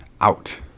out